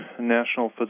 National